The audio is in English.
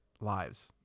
lives